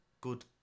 good